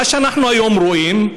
מה שאנחנו היום רואים,